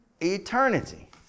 eternity